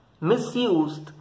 misused